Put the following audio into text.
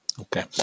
Okay